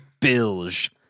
Bilge